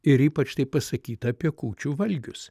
ir ypač tai pasakyta apie kūčių valgius